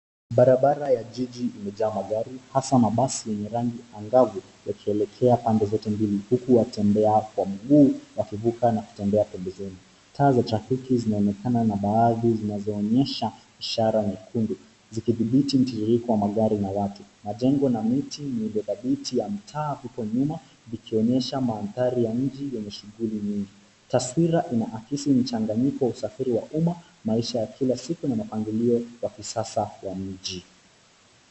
Barabara ya jiji imejaa magari hasa mabasi yenye rangi angavu yakielekea pande zote mbili huku watembea kwa miguu wakivuka na kutembea pembezoni. Taa za trafiki zinaonekana na baadhi zanazoonyesha ishara nyekundu zikidhibiti mtiririko wa magari na watu. Majengo na miti, miundo dhabiti ya mtaa huko nyuma likionyesha mandahari ya mji wenye shughuli nyingi. Taswira inaakisi mchanganyiko wa usafiri wa umma, maisha ya kila siku na mpangilio wa kisasa wa mji.